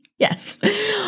Yes